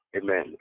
Amen